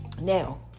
now